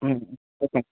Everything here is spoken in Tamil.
ம் ஓகேங்க